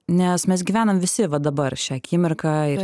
nes mes gyvenam visi va dabar šią akimirką ir